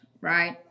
right